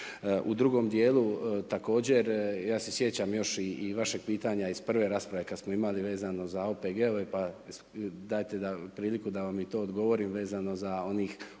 U drugom dijelu također ja se sjećam još i vašeg pitanja iz prve rasprave kada smo imali vezano za OPG-ove, pa dajte priliku da vam i to odgovorim vezano za onih 80